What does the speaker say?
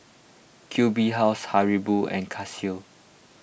Q B House Haribo and Casio